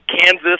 Kansas